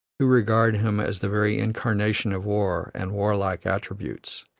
who regard him as the very incarnation of war and warlike attributes.